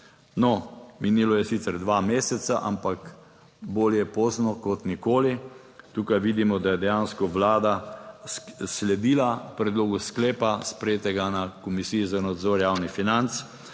No, minilo je sicer dva meseca, ampak bolje pozno kot nikoli. Tukaj vidimo, da je dejansko Vlada sledila predlogu sklepa. Sprejetega na Komisiji za nadzor javnih financ,